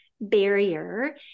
barrier